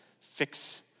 fix